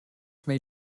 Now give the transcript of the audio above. may